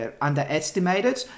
underestimated